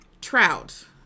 trout